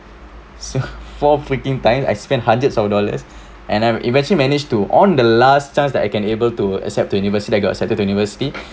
so four freaking times I spent hundred of dollars and I eventually managed to on the last chance that I can able to accept to a university I got accepted to university